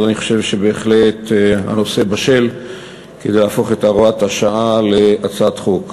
אבל אני חושב שבהחלט הנושא בשל כדי להפוך את הוראת השעה להצעת חוק.